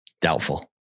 Doubtful